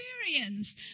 experience